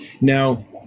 Now